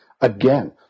again